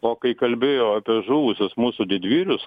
o kai kalbėjo apie žuvusius mūsų didvyrius